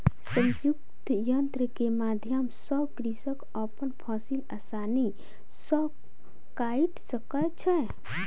संयुक्तक यन्त्र के माध्यम सॅ कृषक अपन फसिल आसानी सॅ काइट सकै छै